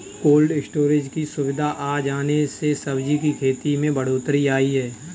cold storage की सुविधा आ जाने से सब्जी की खेती में बढ़ोत्तरी आई है